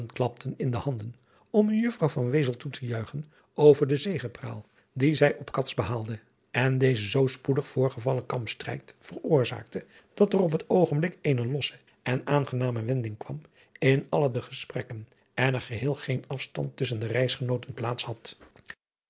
klapten in de handen om mejuffrouw van wezel toe te juichen over de zegepraal die zij op cats behaalde en deze zoo spoedig voorgevallen kampstrijd veroorzaakte dat er op het oogenblik eene losse en aangename wending kwam in alle de gesprekken en er geheel geen afstand tusschen de reisgenooten plaats had